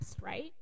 right